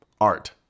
Art